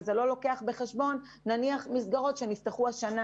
זה לא לוקח בחשבון מסגרות שנפתחו השנה